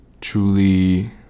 Truly